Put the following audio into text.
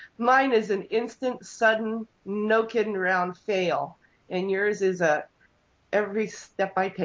mine is an instant, sudden, no kidding around fail and yours is a every step i take.